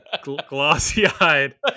glossy-eyed